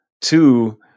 Two